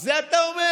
את זה אתה אומר.